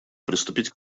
приступить